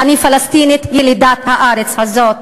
אני פלסטינית ילידת הארץ הזאת.